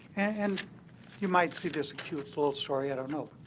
and you might see this cute little story, i don't know.